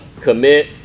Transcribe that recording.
commit